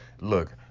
Look